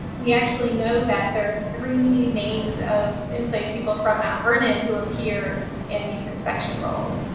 we actually know that there are three names of enslaved people from mount vernon who appear in these inspection rolls,